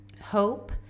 hope